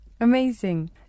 Amazing